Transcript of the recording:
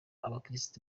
abakristo